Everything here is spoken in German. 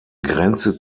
grenze